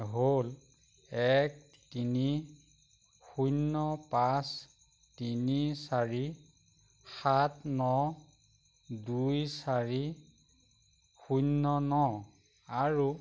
হ'ল এক তিনি শূন্য পাঁচ তিনি চাৰি সাত ন দুই চাৰি শূন্য ন আৰু